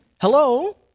Hello